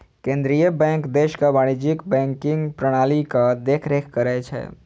केंद्रीय बैंक देशक वाणिज्यिक बैंकिंग प्रणालीक देखरेख करै छै